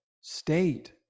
state